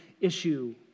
issue